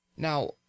Now